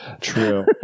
True